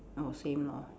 oh same lor